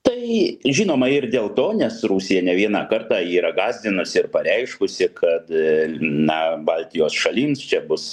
tai žinoma ir dėl to nes rusija ne vieną kartą yra gąsdinusi ir pareiškusi kad na baltijos šalims čia bus